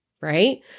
right